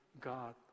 God